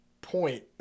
point